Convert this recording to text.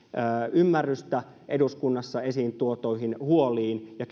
ymmärrystä eduskunnassa esiin tuotuihin huoliin ja